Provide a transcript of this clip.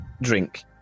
drink